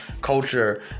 culture